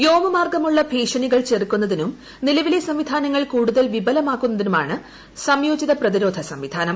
വ്യോമമാർഗമുള്ള ഭീഷണികൾ ചെറുക്കുന്നതിനും നിലവിലെ സംവിധാനങ്ങൾ കൂടുതൽ വിപുലമാക്കുന്നതിനുമാണ് സംയോജിത പ്രതിരോധ സംവിധാനം